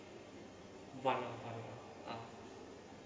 one one uh